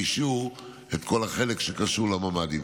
את כל החלק שקשור לממ"דים.